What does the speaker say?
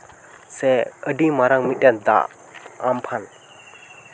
ᱥᱮ ᱟᱹᱰᱤ ᱢᱟᱨᱟᱝ ᱢᱤᱫᱴᱟᱱ ᱫᱟᱜ ᱟᱢᱯᱷᱟᱱ